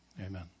Amen